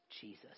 Jesus